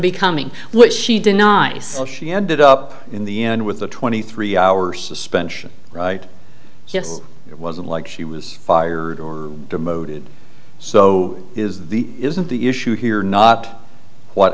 becoming which she denies she ended up in the n word twenty three hours suspension right yes it wasn't like she was fired or demoted so is the isn't the issue here not what